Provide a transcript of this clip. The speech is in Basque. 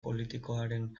politikoaren